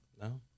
No